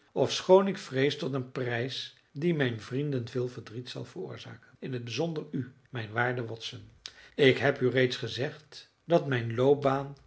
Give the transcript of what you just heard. ofschoon ik vrees tot een prijs die mijn vrienden veel verdriet zal veroorzaken in t bijzonder u mijn waarde watson ik heb u reeds gezegd dat mijn loopbaan